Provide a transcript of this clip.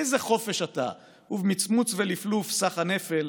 / איזה חופש אתה / ובמצמוץ ולפלוף / סח הנפל: